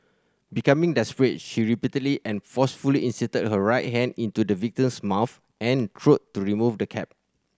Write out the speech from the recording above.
becoming desperate she repeatedly and forcefully inserted her right hand into the victim's mouth and throat to remove the cap